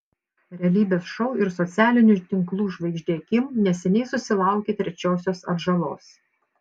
realybės šou ir socialinių tinklų žvaigždė kim neseniai susilaukė trečiosios atžalos